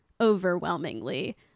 overwhelmingly